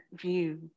view